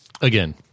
Again